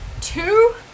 Two